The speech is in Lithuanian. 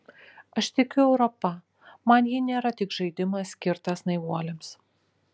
aš tikiu europa man ji nėra tik žaidimas skirtas naivuoliams